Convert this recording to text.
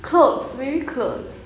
clothes maybe clothes